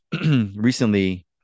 recently